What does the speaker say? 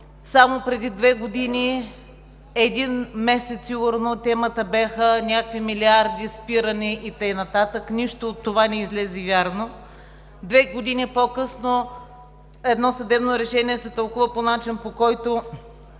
Само преди две години, сигурно един месец темата бяха някакви милиарди, спиране и така нататък. Нищо от това не излезе вярно. Две години по-късно едно съдебно решение се тълкува по начин, по който